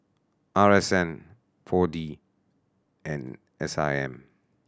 R S N Four D and S I M